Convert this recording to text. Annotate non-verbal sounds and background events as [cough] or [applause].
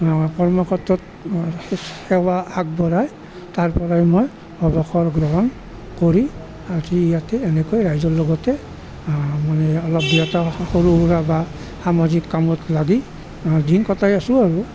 কৰ্ম ক্ষেত্ৰত মোৰ [unintelligible] সেৱা আগবঢ়াই তাৰ পৰাই মই অৱসৰ গ্ৰহণ কৰি আজি ইয়াতে এনেকৈ ৰাইজৰ লগতে মানে অলপ দুই এটা সৰু সুৰা বা সামাজিক কামত লাগি দিন কটাই আছো আৰু